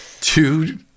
two